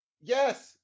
Yes